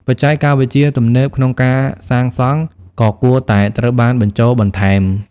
បច្ចេកវិទ្យាទំនើបក្នុងការសាងសង់ក៏គួរតែត្រូវបានបញ្ចូលបន្ថែម។